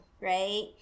right